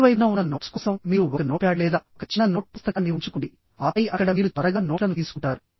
కుడి వైపున ఉన్న నోట్స్ కోసం మీరు ఒక నోట్ప్యాడ్ లేదా ఒక చిన్న నోట్ పుస్తకాన్ని ఉంచుకొండి ఆపై అక్కడ మీరు త్వరగా నోట్లను తీసుకుంటారు